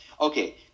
Okay